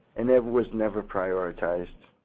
and it was never prioritized.